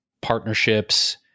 partnerships